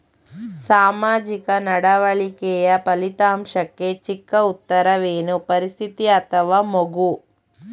ಸಾಮಾಜಿಕ ನಡವಳಿಕೆಯ ಫಲಿತಾಂಶಕ್ಕೆ ಚಿಕ್ಕ ಉತ್ತರವೇನು? ಪರಿಸ್ಥಿತಿ ಅಥವಾ ಮಗು?